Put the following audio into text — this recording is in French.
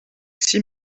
six